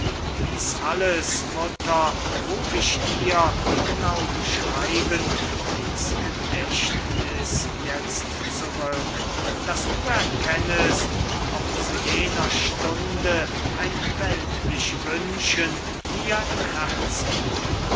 dies alles mutter ruf ich dir genau beschreibend ins gedächtniß jetzt zurück daß du erkennest ob zu jener stunde ein weltlich wünschen mir im herzen war